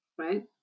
right